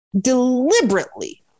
deliberately